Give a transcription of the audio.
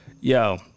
Yo